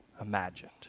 imagined